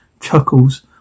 chuckles